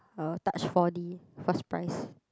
uh touch four D first prize